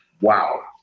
wow